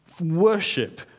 worship